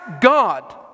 God